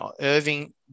Irving